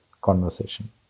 conversation